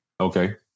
Okay